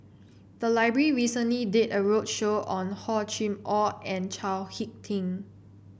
the library recently did a roadshow on Hor Chim Or and Chao HicK Tin